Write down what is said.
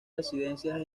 residencias